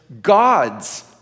God's